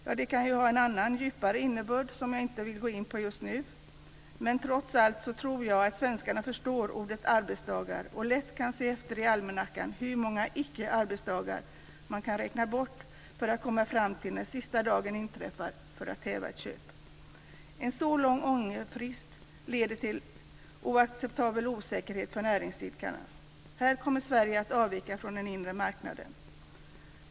Ja, det kan ha en annan djupare innebörd som jag inte vill gå in på just nu. Men trots allt tror jag att svenskarna förstår ordet "arbetsdagar" och lätt kan se efter i almanackan hur många "icke-arbetsdagar" man kan räkna bort för att komma fram till när sista dagen inträffar för att häva ett köp. En så lång ångerfrist leder till oacceptabel osäkerhet för näringsidkare. Här kommer Sverige att avvika från den inre marknaden.